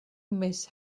miss